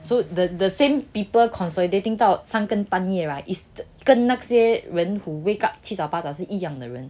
so that the same people consolidating 到三更半夜 right 跟那些人 who wake up 七早八早是一样的人